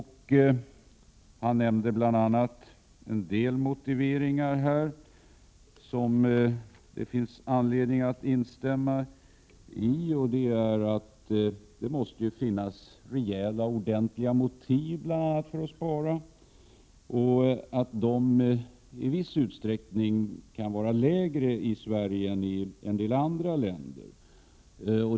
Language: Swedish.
Han nämnde här några orsaker som det finns anledning att hålla med om, t.ex. att det måste finnas rejäla, ordentliga motiv till att spara och att de i viss mån kan vara svagare i Sverige än i en del andra länder.